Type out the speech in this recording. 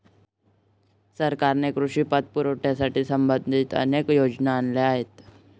सरकारने कृषी पतपुरवठ्याशी संबंधित अनेक योजना आणल्या आहेत